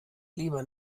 lieber